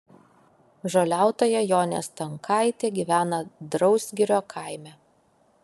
žoliautoja jonė stonkaitė gyvena drausgirio kaime